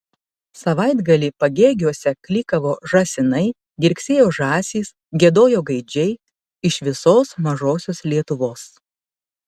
savaitgalį pagėgiuose klykavo žąsinai girgsėjo žąsys giedojo gaidžiai iš visos mažosios lietuvos